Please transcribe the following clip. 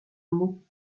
mot